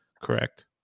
correct